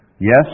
Yes